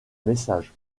message